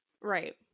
Right